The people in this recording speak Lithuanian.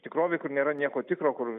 tikrovei kur nėra nieko tikro kur